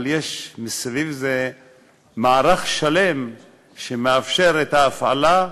ויש מסביב לזה מערך שלם שמאפשר את ההפעלה,